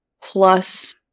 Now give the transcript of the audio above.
plus